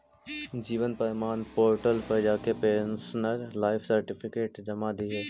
जीवन प्रमाण पोर्टल पर जाके पेंशनर लाइफ सर्टिफिकेट जमा दिहे